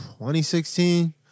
2016